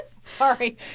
Sorry